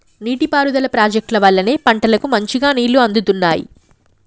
నీటి పారుదల ప్రాజెక్టుల వల్లనే పంటలకు మంచిగా నీళ్లు అందుతున్నాయి